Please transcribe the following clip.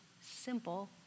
simple